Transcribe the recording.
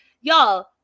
y'all